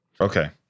Okay